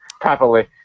properly